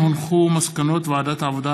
מסקנות ועדת העבודה,